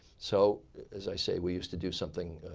so as i say we used to do something,